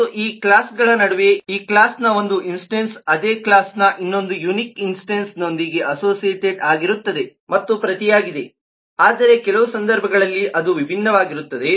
ಮತ್ತು ಈ ಕ್ಲಾಸ್ಗಳ ನಡುವೆ ಈ ಕ್ಲಾಸ್ನ ಒಂದು ಇನ್ಸ್ಟೆನ್ಸ್ ಅದೆ ಕ್ಲಾಸ್ನ ಇನ್ನೊಂದು ಯುನಿಕ್ ಇನ್ಸ್ಟೆನ್ಸ್ ನೊಂದಿಗೆ ಅಸೋಸಿಯೇಟೆಡ್ ಆಗಿರುತ್ತದೆ ಮತ್ತು ಪ್ರತಿಯಾಗಿದೆ ಆದರೆ ಕೆಲವು ಸಂದರ್ಭಗಳಲ್ಲಿ ಅದು ವಿಭಿನ್ನವಾಗಿರುತ್ತದೆ